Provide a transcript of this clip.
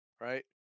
right